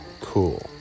Cool